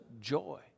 joy